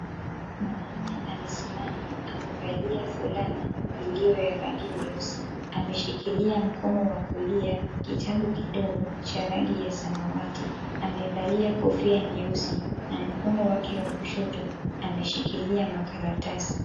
Mwanaume amesimama amevalia fulana iliyo ya rangi nyeusi, ameshikilia mkono wa kulia kitabu kilicho cha rangi ya samawati, amevalia kofia nyeusi na mkono wake wa kushoto ameshikilia makaratasi.